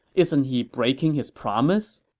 isn't he breaking his promise?